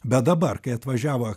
bet dabar kai atvažiavo